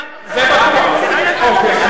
זה נכון, אני מסכים.